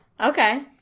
Okay